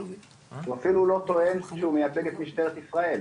הוא אפילו לא טוען שהוא מייצג את משטרת ישראל,